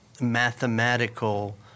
mathematical